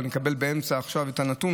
או אם אני אקבל באמצע עכשיו את הנתון,